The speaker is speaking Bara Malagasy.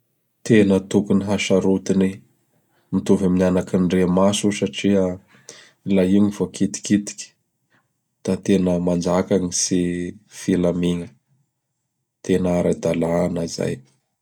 Tena tokony hasarotiny mitovy amin' anak'andriamaso io satria laha io gny voakitikitiky; da tena manjaka gny tsy filamigna. Tena ara-dalàna izay.